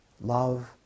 Love